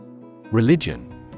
Religion